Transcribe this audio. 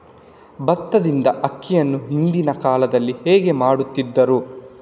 ಭತ್ತದಿಂದ ಅಕ್ಕಿಯನ್ನು ಹಿಂದಿನ ಕಾಲದಲ್ಲಿ ಹೇಗೆ ಮಾಡುತಿದ್ದರು?